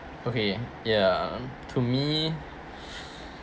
okay ya to me